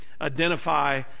identify